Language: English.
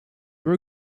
were